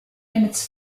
minutes